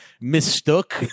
mistook